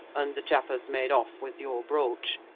and the chap has made off with your brooch,